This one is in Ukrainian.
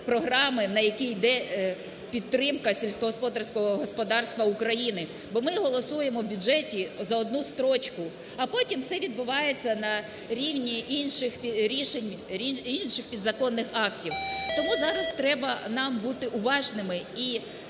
на які йде підтримка сільськогосподарського господарства України. Бо ми голосуємо в бюджеті за одну строчку. А потім все відбувається на рівні інших рішень, інших підзаконних актів. Тому зараз треба нам бути уважними і